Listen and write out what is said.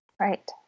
Right